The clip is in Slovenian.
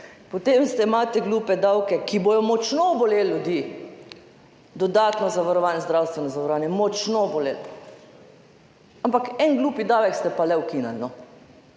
Potem ste, imate glupe davke, ki bodo močno boleli ljudi, dodatno zavarovali zdravstveno zavarovanje, močno boleli, ampak en glupi davek ste pa le ukinili.